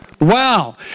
Wow